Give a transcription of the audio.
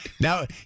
Now